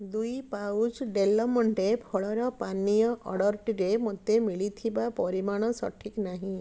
ଦୁଇ pouch Del Monte ଫଳର ପାନୀୟ ଅର୍ଡ଼ର୍ଟିରେ ମୋତେ ମିଳିଥିବା ପରିମାଣ ସଠିକ୍ ନାହିଁ